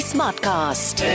Smartcast